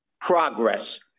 Progress